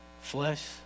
Flesh